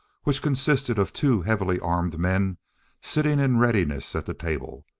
which consisted of two heavily armed men sitting in readiness at the table.